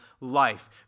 life